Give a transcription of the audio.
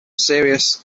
serious